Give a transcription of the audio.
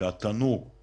שסוגרים את התנור,